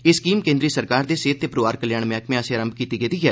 एह् स्कीम केंद्रीय सरकार दे सेहत ते परिवार कल्याण मैहकमे आस्सेया रम्म कीती गेई ऐ